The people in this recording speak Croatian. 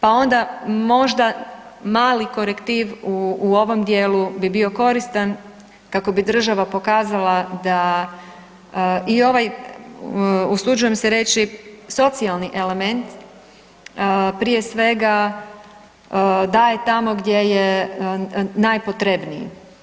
Pa onda možda mali korektiv u ovom dijelu bi bio koristan kako bi država pokazala da i ovaj usuđujem se reći socijalni element prije svega daje tamo gdje je najpotrebniji.